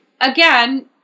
again